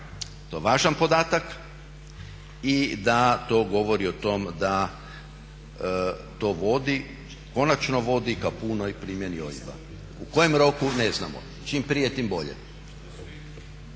da je važan podatak i da to govori o tome da to vodi konačnoj vodi k punoj primjeni OIB-a. U kom roku, ne znamo. Čim prije tim bolje.